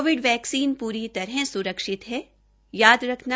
Covid vaccine पूरी तरह सुरक्षित है याद रखना